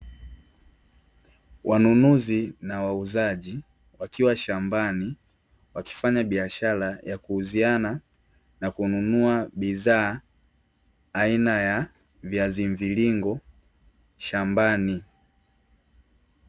Wanunuzi na wauzaji wakiwa shambani wakifanya biashara ya kuuziana na kununua bidhaa aina ya viazi mviringo shambani.